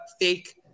fake